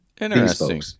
interesting